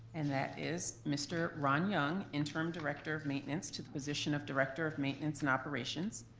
and that is mr. ron young, interim director of maintenance, to the position of director of maintenance and operations.